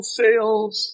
sales